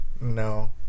No